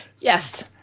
Yes